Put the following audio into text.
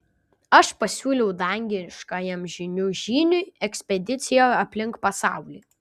aš pasiūliau dangiškajam žynių žyniui ekspediciją aplink pasaulį